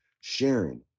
sharing